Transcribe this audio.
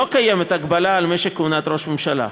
לא קיימת הגבלה על משך כהונת ראש הממשלה.